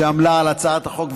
שעמלה על הצעת החוק,